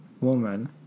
woman